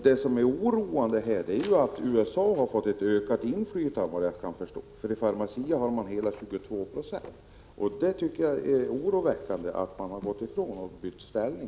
Det oroande är att USA har fått ett ökat inflytande. I Pharmacia har man hela 22 20. Jag tycker det är oroväckande att socialdemokraterna har ändrat inställning.